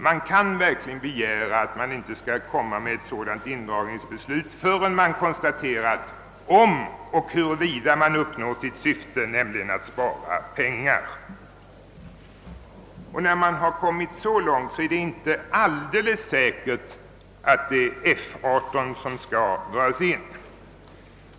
Man kan verkligen begära att inte ett sådant indragningsförslag skall framläggas förrän det kunnat konstateras huruvida syftet med denna indragning, nämligen att spara pengar, därmed uppnås. När man sedan kommit så långt, kanske det visar sig att det inte är alldeles säkert att det just är F 18 som skall dras in.